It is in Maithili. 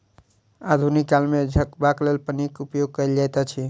आधुनिक काल मे झपबाक लेल पन्नीक उपयोग कयल जाइत अछि